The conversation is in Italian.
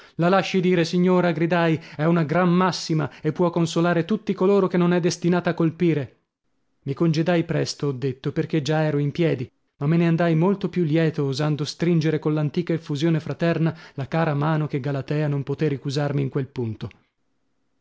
la lasci dire signora gridai è una gran massima e può consolare tutti coloro che non è destinata a colpire mi congedai presto ho detto perchè già ero in piedi ma me ne andai molto più lieto osando stringere coll'antica effusione fraterna la cara mano che galatea non potè ricusarmi in quel punto